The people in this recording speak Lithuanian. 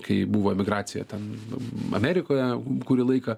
kai buvo emigracija ten amerikoje kurį laiką